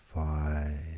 Five